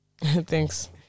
Thanks